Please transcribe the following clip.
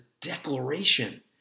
declaration